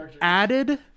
added